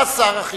בא שר החינוך,